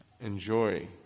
enjoy